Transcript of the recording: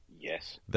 Yes